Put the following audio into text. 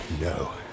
No